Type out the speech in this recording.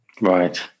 Right